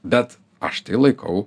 bet aš laikau